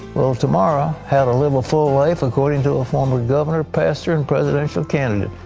well, tomorrow, how to live a full life according to a former governor, pastor, and presidential candidate.